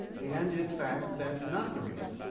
and, in fact, that's not the reason.